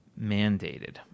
mandated